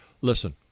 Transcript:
Listen